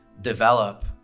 develop